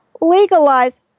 legalize